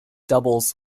doubles